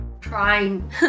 trying